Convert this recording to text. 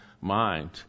mind